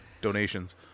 donations